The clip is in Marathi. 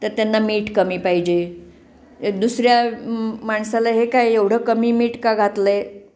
तर त्यांना मीठ कमी पाहिजे अ दुसऱ्या माणसाला हे काय एवढं कमी मीठ का घातलं आहे